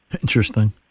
Interesting